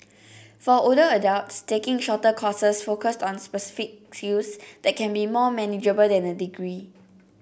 for older adults taking shorter courses focused on specific skills they can be more manageable than a degree